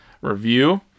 review